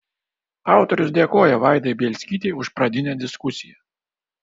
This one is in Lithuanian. autorius dėkoja vaidai bielskytei už pradinę diskusiją